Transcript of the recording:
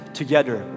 together